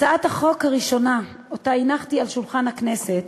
הצעת החוק הראשונה שהנחתי על שולחן הכנסת